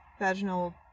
Vaginal